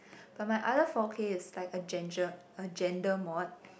but my other four K is like agenda agenda mod